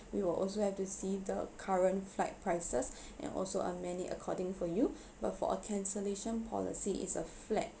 we will also have to see the current flight prices and also on many according for you but for a cancellation policy is a flat